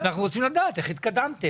אנחנו רוצים לדעת איך התקדמתם?